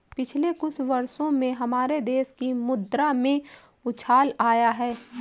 पिछले कुछ वर्षों में हमारे देश की मुद्रा में उछाल आया है